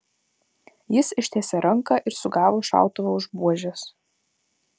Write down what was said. jis ištiesė ranką ir sugavo šautuvą už buožės